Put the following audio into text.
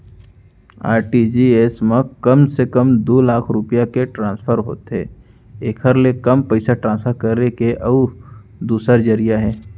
RTGS म कम से कम दू लाख रूपिया के ट्रांसफर होथे एकर ले कम पइसा ट्रांसफर करे के अउ दूसर जरिया हे